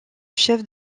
chef